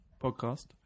podcast